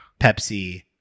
Pepsi